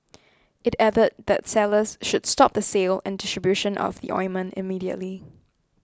it added that sellers should stop the sale and distribution of the ointment immediately